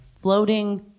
floating